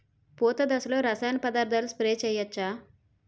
పూత దశలో రసాయన పదార్థాలు స్ప్రే చేయచ్చ?